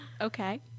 Okay